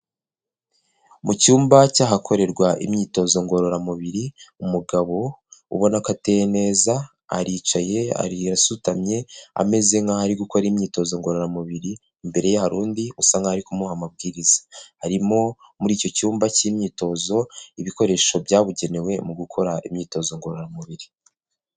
Mu cyumba cy'ahakorerwa imyitozo ngororamubiri, umugabo ubona ko ateye neza, aricaye, yasutamye ameze nkaho ari gukora imyitozo ngororamubiri, imbere ye hari undi usa nkaho ari kumuha amabwiriza, harimo muri icyo cyumba cy'imyitozo ibikoresho byabugenewe mu gukora imyitozo ngororamubiri.